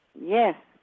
Yes